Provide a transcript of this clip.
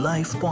Life